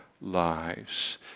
lives